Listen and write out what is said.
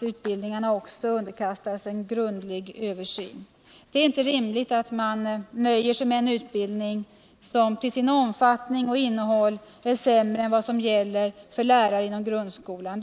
utbildningarna måste underkastas en grundlig översyn. Det är inte rimligt att man nöjer sig med cn utbildning som till sin omfattning och sitt innehåll är sämre än vad som gäller för lärare inom grundskolan.